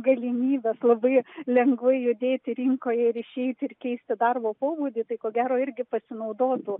galimybes labai lengvai judėti rinkoje ir išeiti ir keisti darbo pobūdį tai ko gero irgi pasinaudotų